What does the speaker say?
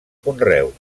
conreu